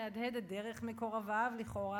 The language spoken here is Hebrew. דרך מקורביו לכאורה,